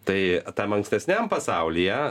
tai tam ankstesniam pasaulyje